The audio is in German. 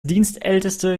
dienstälteste